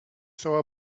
saw